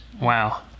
Wow